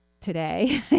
today